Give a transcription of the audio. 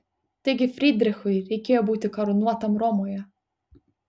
taigi frydrichui reikėjo būti karūnuotam romoje